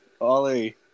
Ollie